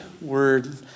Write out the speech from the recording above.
word